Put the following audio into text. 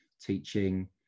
teaching